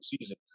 season